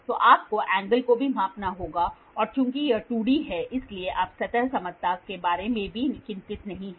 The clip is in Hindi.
तो आपको एंगल को भी मापना होगा और चूंकि यह 2D है इसलिए आप सतह समतलता के बारे में चिंतित नहीं हैं